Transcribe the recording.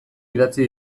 idatzi